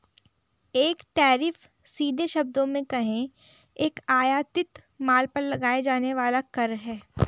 एक टैरिफ, सीधे शब्दों में कहें, एक आयातित माल पर लगाया जाने वाला कर है